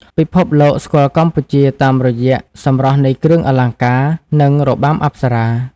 ពិភពលោកស្គាល់កម្ពុជាតាមរយៈសម្រស់នៃគ្រឿងអលង្ការ និងរបាំអប្សរា។